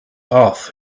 off